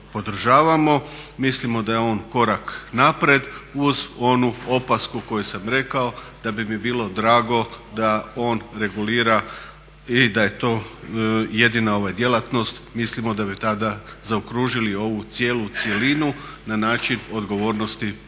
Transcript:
Mislimo da je on korak napred uz onu opasku koju sam rekao da bi mi bilo drago da on regulira i da je to jedina djelatnost. Mislimo da bi tada zaokružili ovu cijelu cjelinu na način odgovornosti prema